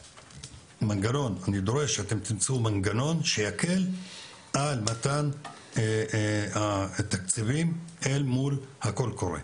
אני דורש שתמצאו מנגנון שיקל על מתן התקציבים אל מול הקול הקורא,